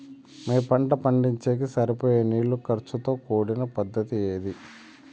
మీ పంట పండించేకి సరిపోయే నీళ్ల ఖర్చు తో కూడిన పద్ధతి ఏది?